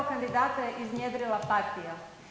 Kandidata je iznjedrila partija.